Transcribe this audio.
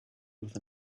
with